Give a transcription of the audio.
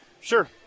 Sure